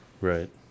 Right